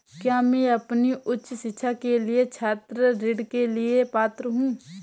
क्या मैं अपनी उच्च शिक्षा के लिए छात्र ऋण के लिए पात्र हूँ?